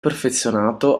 perfezionato